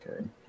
Okay